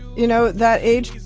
you know, that age.